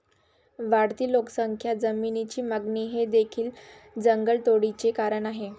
वाढती लोकसंख्या, जमिनीची मागणी हे देखील जंगलतोडीचे कारण आहे